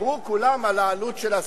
דיברו כולם על העלות של הסגנים.